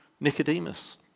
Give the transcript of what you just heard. Nicodemus